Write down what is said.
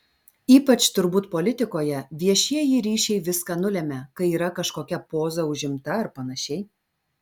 ypač turbūt politikoje viešieji ryšiai viską nulemia kai yra kažkokia poza užimta ar panašiai